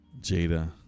Jada